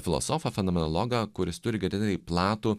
filosofą fenomenologą kuris turi ganėtinai platų